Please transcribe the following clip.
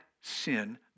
sin